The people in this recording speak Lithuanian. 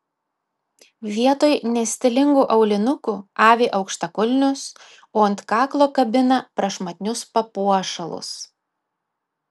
vietoj nestilingų aulinukų avi aukštakulnius o ant kaklo kabina prašmatnius papuošalus